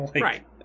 Right